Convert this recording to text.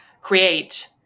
create